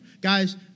Guys